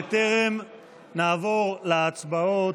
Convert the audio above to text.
בטרם נעבור להצבעות,